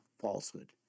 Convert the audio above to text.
falsehood